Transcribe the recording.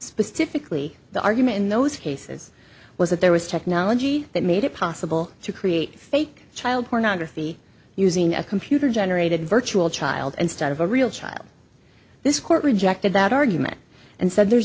specifically the argument in those cases was that there was technology that made it possible to create fake child pornography using a computer generated virtual child instead of a real child this court rejected that argument and said there's